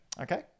Okay